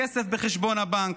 כסף בחשבון הבנק,